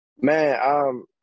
Man